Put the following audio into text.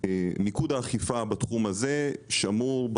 מיקוד האכיפה בתחום הזה שמור,